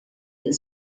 del